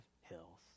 hills